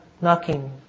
knocking